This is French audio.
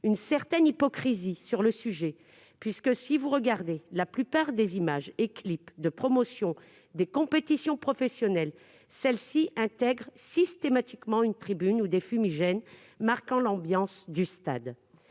une certaine hypocrisie sur le sujet, puisque, si vous regardez la plupart des images et des clips de promotion des compétitions professionnelles, celles-ci intègrent systématiquement une tribune où des fumigènes soulignent l'ambiance du stade.